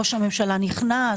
ראש הממשלה נכנס,